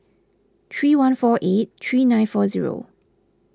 three one four eight three nine four zero